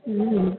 ಹ್ಞೂ